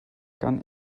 kann